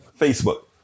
Facebook